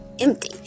empty